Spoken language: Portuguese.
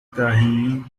carrinho